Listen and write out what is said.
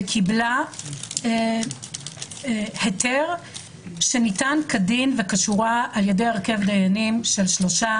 וקיבלה היתר שניתן כדין וכשורה על ידי הרכב דיינים של שלושה